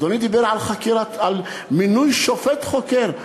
אדוני דיבר על מינוי שופט חוקר,